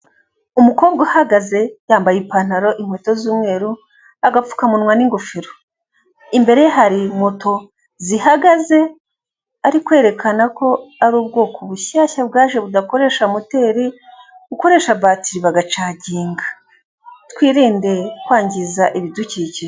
Umukobwa uhagaze yambaye ipantaro, inkweto z'umweru, agapfukamunwa n'ingofero. Imbere ye hari moto zihagaze, ari kwerekana ko ari ubwoko bushyashya bwaje budakoresha moteri, bukoresha batiri bagacaginga. Twirinde kwangiza ibidukikije.